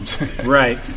Right